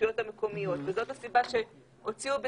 ברשויות המקומיות וזאת הסיבה שהוציאו בזמנו,